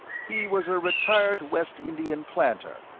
he was a retired west indian planter,